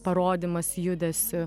parodymas judesiu